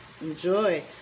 Enjoy